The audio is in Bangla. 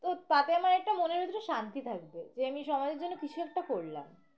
তো তাতে আমার একটা মনের ভিতরে শান্তি থাকবে যে আমি সমাজের জন্য কিছু একটা করলাম